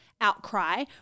outcry